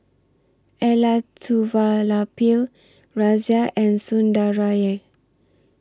Elattuvalapil Razia and Sundaraiah